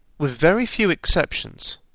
with very few exceptions,